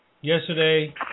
yesterday